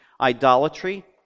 idolatry